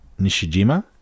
Nishijima